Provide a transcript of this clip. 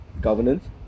governance